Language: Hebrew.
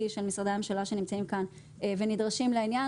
של משרדי הממשלה שנמצאים כאן ונדרשים לעניין.